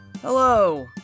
Hello